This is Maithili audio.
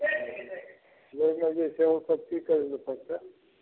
एहिमे जे छै ओ सब कि करै लए परतै